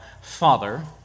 father